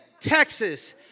Texas